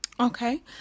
Okay